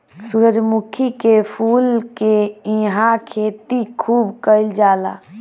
सूरजमुखी के फूल के इहां खेती खूब कईल जाला